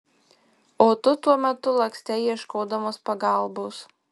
o tu tuo metu lakstei ieškodamas pagalbos